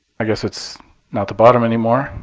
i guess it's not the bottom anymore.